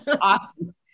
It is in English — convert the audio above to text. Awesome